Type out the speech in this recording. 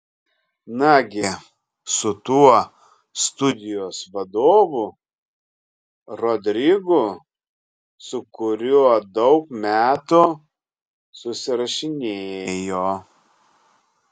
nagi su tuo studijos vadovu rodrigu su kuriuo daug metų susirašinėjo